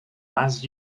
last